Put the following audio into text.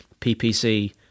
ppc